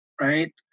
right